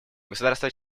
государства